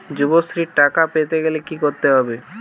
যুবশ্রীর টাকা পেতে গেলে কি করতে হবে?